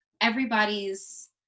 everybody's